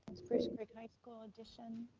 spruce creek high school addition.